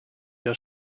your